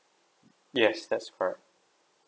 yes that's correct